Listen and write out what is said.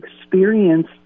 experience